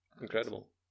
Incredible